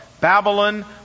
Babylon